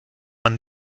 man